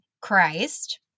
Christ